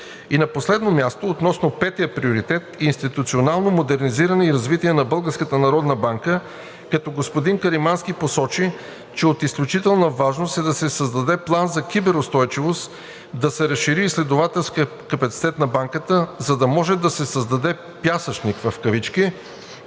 И на последно място, относно петия приоритет –институционално модернизиране и развитие на Българската народна банка, господин Каримански посочи, че от изключителна важност е да се създаде план за киберустойчивост, да се разшири изследователският капацитет на банката, за да може да се създаде „пясъчник“, в който